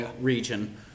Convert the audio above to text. region